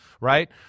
right